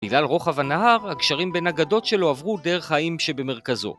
בגלל רוחב הנהר, הקשרים בין הגדות שלו עברו דרך האיים שבמרכזו.